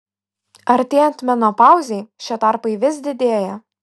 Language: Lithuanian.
artėjant menopauzei šie tarpai vis didėja